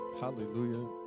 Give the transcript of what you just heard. Hallelujah